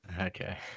Okay